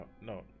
no